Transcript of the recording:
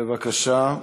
בבקשה.